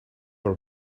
were